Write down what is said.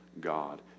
God